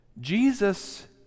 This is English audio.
Jesus